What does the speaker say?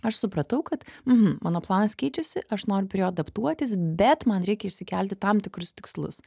aš supratau kad mm mano planas keičiasi aš noriu prie jo adaptuotis bet man reikia išsikelti tam tikrus tikslus